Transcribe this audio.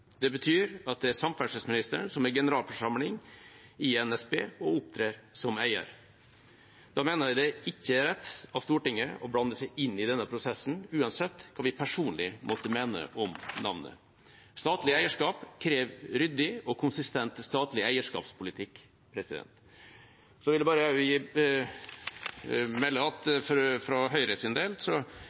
Det betyr at det er samferdselsministeren som er generalforsamling i NSB og opptrer som eier. Da mener jeg det ikke er rett av Stortinget å blande seg inn i denne prosessen, uansett hva vi personlig måtte mene om navnet. Statlig eierskap krever ryddig og konsistent statlig eierskapspolitikk. Jeg vil melde at for Høyres del vil